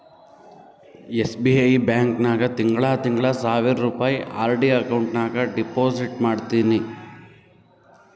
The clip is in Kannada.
ಎಸ್.ಬಿ.ಐ ಬ್ಯಾಂಕ್ ನಾಗ್ ತಿಂಗಳಾ ತಿಂಗಳಾ ಸಾವಿರ್ ರುಪಾಯಿ ಆರ್.ಡಿ ಅಕೌಂಟ್ ನಾಗ್ ಡೆಪೋಸಿಟ್ ಮಾಡ್ತೀನಿ